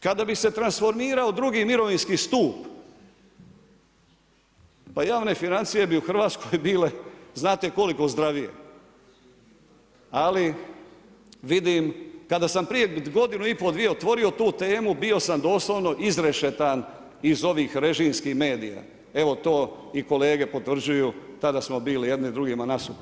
Kada bi se transformirao drugi mirovinski stup, pa javne financije bi u Hrvatskoj bile znate koliko zdravije, ali vidim kada sam prije godinu i pol, dvije otvorio tu temu, bio sam doslovno izrešetan iz ovih režimskih medija, evo to i kolege potvrđuju, tada smo bili jedni drugima nasuprot.